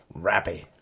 Rappy